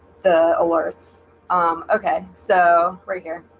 the alerts um okay, so right here